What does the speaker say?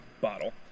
bottle